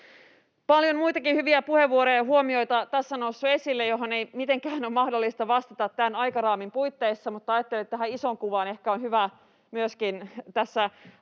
Paljon muitakin hyviä puheenvuoroja, huomioita on tässä noussut esille, joihin ei mitenkään ole mahdollista vastata tämän aikaraamin puitteissa, mutta ajattelin, että tähän isoon kuvaan ehkä on hyvä myöskin tässä